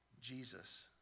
Jesus